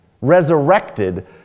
resurrected